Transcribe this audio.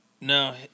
No